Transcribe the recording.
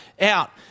out